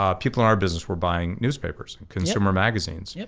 um people in our business were buying newspapers, and consumer magazines, yeah